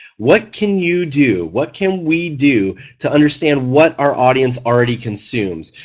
what can you do, what can we do to understand what our audience already consumes?